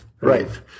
right